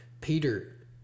Peter